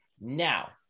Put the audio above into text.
Now